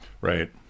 Right